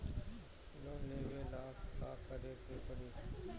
Loan लेबे ला का करे के पड़ी?